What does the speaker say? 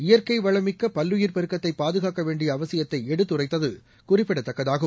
இயற்கை வளமிக்க பல்லுயிர் பெருக்கத்தை பாதுகாக்க வேண்டிய அவசியத்தை எடுத்துரைத்தது குறிப்பிடத்தக்கதாகும்